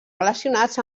relacionats